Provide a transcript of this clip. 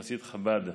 חסיד חב"ד,